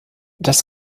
das